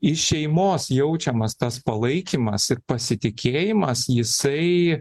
iš šeimos jaučiamas tas palaikymas ir pasitikėjimas jisai